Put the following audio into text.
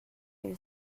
you